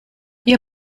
ihr